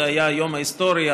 זה היה היום ההיסטורי,